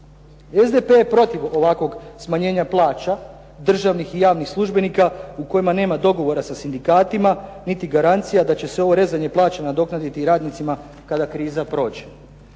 SDP je protiv ovakvog smanjenja plaća državnih i javnih službenika u kojima nema dogovora sa sindikatima niti garancija da će se ovo rezanje plaća nadoknaditi radnicima kada kriza prođe